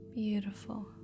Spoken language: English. Beautiful